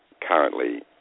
currently